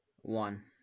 One